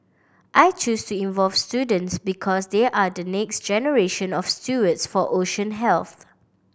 I chose to involve students because they are the next generation of stewards for ocean health